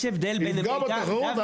יש הבדל בין --- יפגע בתחרות?